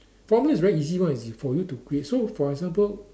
for me it's very easy one is for you to create so for example